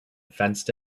fenced